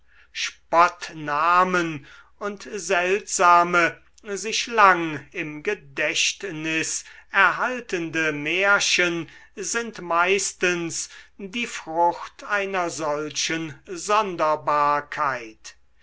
spottnamen und seltsame sich lang im gedächtnis erhaltende märchen sind meistens die frucht einer solchen sonderbarkeit